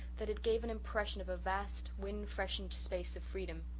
that it gave an impression of a vast, wind-freshened space of freedom.